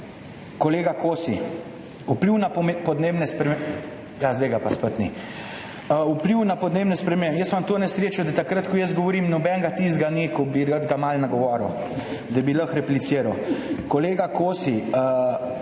kolega Kosi, vpliv na podnebne spremembe, ja, zdaj ga pa spet ni. Vpliv na podnebne spremembe. Jaz imam to nesrečo, da takrat, ko jaz govorim, nobenega tistega, ki bi ga rad malo nagovoril, ni, da bi mu lahko repliciral. Kolega Kosi